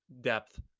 depth